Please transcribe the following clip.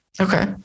Okay